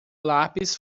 lápis